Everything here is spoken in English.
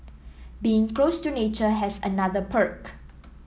being close to nature has another perk